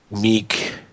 meek